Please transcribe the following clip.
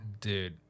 Dude